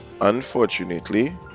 unfortunately